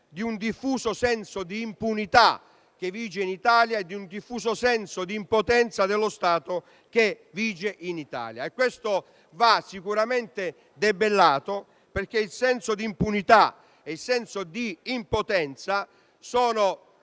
del diffuso senso di impunità e del diffuso senso di impotenza dello Stato che vigono in Italia. Questi vanno sicuramente debellati, perché il senso di impunità e il senso di impotenza dello